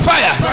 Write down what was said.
Fire